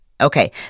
Okay